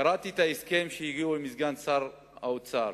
קראתי את ההסכם שהגיעו אליו עם סגן שר האוצר,